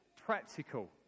Practical